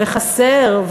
וחסר,